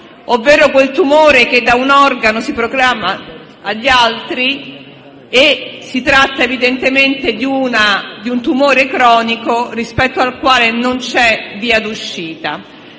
ovvero a quel tumore che da un organo si propaga agli altri. Si tratta evidentemente di un tumore cronico, rispetto al quale non c'è via d'uscita.